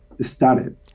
started